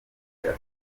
akazi